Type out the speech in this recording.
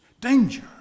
Danger